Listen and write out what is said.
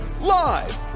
live